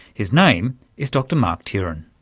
his name is dr mark turin.